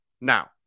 Now